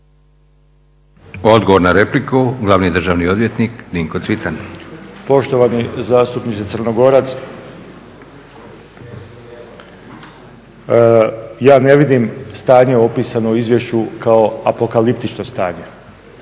Odgovor na repliku poštovani glavni državni odvjetnik Dinko Cvitan. **Cvitan, Dinko** Poštovani zastupniče Crnogorac, ja ne vidim stanje opisano u izvješću kao apokaliptično stanje.